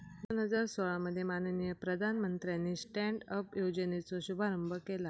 दोन हजार सोळा मध्ये माननीय प्रधानमंत्र्यानी स्टॅन्ड अप योजनेचो शुभारंभ केला